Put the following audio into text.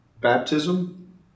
baptism